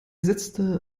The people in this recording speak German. setzte